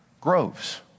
groves